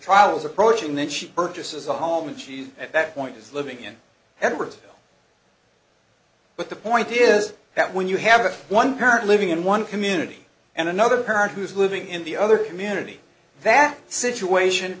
trial is approaching then she purchases a home and she's at that point is living in edwardsville but the point is that when you have one parent living in one community and another parent who's living in the other community that situation